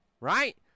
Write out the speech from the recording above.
right